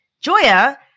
Joya